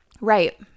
Right